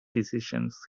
decisions